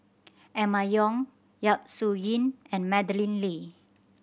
Emma Yong Yap Su Yin and Madeleine Lee